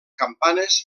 campanes